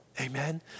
Amen